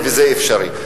וזה אפשרי.